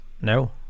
No